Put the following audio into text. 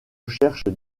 recherche